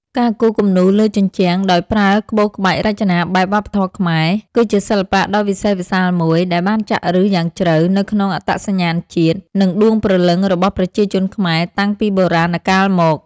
ការគូរគំនូរលើជញ្ជាំងដោយប្រើក្បូរក្បាច់រចនាបែបវប្បធម៌ខ្មែរ គឺជាសិល្បៈដ៏វិសេសវិសាលមួយដែលបានចាក់ឫសយ៉ាងជ្រៅនៅក្នុងអត្តសញ្ញាណជាតិ និងដួងព្រលឹងរបស់ប្រជាជនខ្មែរតាំងពីបុរាណកាលមក។